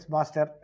Master